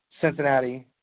Cincinnati